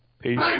Peace